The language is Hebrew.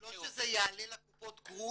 לא שזה יעלה לקופות גרוש,